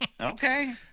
Okay